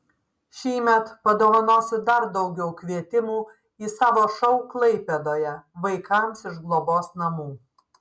šįmet padovanosiu dar daugiau kvietimų į savo šou klaipėdoje vaikams iš globos namų